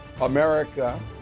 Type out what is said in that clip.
America